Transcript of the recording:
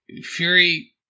Fury